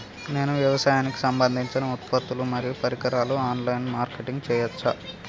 నేను వ్యవసాయానికి సంబంధించిన ఉత్పత్తులు మరియు పరికరాలు ఆన్ లైన్ మార్కెటింగ్ చేయచ్చా?